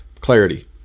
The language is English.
clarity